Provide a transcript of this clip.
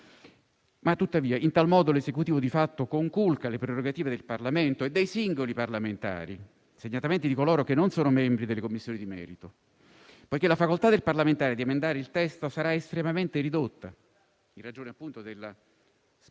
Tuttavia, in tal modo, l'Esecutivo di fatto conculca le prerogative del Parlamento e dei singoli parlamentari - segnatamente, di coloro che non sono membri delle Commissioni di merito - poiché la loro facoltà di emendare il testo sarà estremamente ridotta, in ragione della speciale